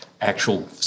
actual